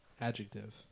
Adjective